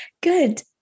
good